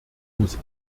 muss